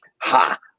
Ha